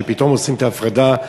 שפתאום עושים את ההפרדה,